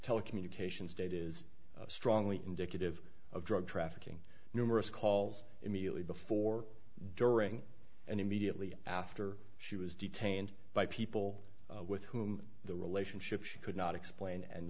telecommunications date is strongly indicative of drug trafficking numerous calls immediately before during and immediately after she was detained by people with whom the relationship she could not explain and